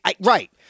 Right